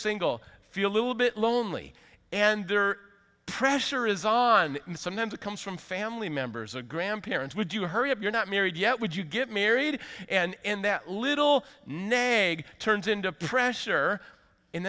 single feel a little bit lonely and there pressure is on and sometimes it comes from family members or grandparents would you hurry up you're not married yet would you get married and that little nag turns into pressure and